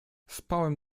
spałem